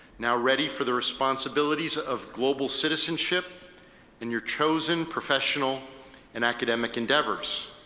now ready for the responsibilities of global citizenship in your chosen professional and academic endeavors.